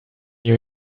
you